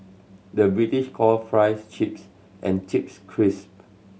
the British call fries chips and chips crisp